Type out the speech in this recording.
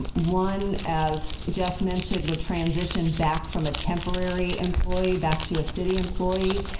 ah one as jeff mentioned would transition back from a temporary employee back to city employee.